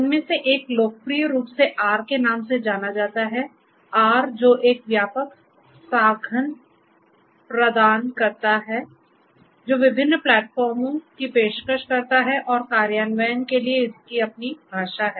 इनमें से एक लोकप्रिय रूप से R के नाम से जाना जाता है R जो एक व्यापक साधन प्रदान करता है जो विभिन्न प्लेटफार्मों की पेशकश करता है और कार्यान्वयन के लिए इसकी अपनी भाषा है